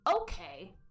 okay